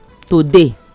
today